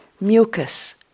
mucus